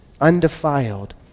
undefiled